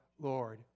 Lord